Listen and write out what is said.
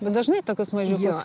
bet dažnai tokius mažiukus